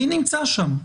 מי נמצא שם?